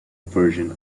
version